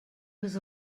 was